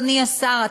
אדוני השר,